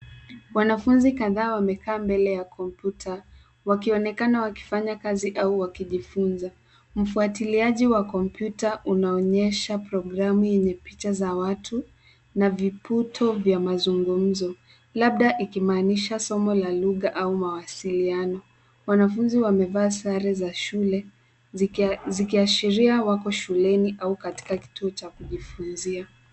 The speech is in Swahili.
Wanafunzi kadhaa wamekaa mbele ya kompyuta Wakionekana wakifanya kazi au wakijifunza. Mfutiliaji wa kompyuta unaonyesha programu yenye picha za watu na vibuto vya mazungumzo labda ikimaanisha somo la lugha au mawasiliano. Wanafunzi wamevaa sare za shule zikiashiria wako shuleni au katika kituo cha kujifunzia.